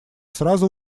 сразу